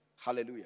Hallelujah